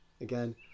again